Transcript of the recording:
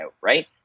right